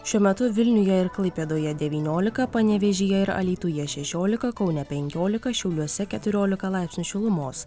šiuo metu vilniuje ir klaipėdoje devyniolika panevėžyje ir alytuje šešiolika kaune penkiolika šiauliuose keturiolika laipsnių šilumos